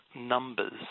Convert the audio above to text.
numbers